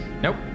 Nope